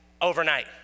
overnight